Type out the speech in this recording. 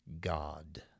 God